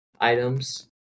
items